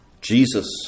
Jesus